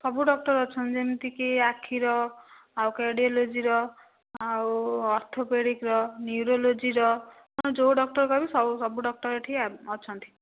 ସବୁ ଡକ୍ଟର ଅଛନ୍ତି ଯେମିତିକି ଆଖିର ଆଉ କାର୍ଡ଼ିଓଲୋଜିର ଆଉ ଅର୍ଥୋପେଡ଼ିକ୍ର ନ୍ୟୁରୋଲୋଜିର ଆପଣ ଯେଉଁ ଡକ୍ଟର କହିବେ ସବୁ ଡକ୍ଟର ଏଠି ଅଛନ୍ତି